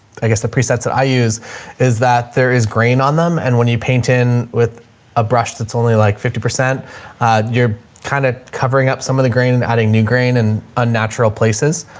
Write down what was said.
i guess the presets that i use is that there is grain on them and when you paint in with a brush that's only like fifty, you're kind of covering up some of the grain and adding new grain and unnatural places.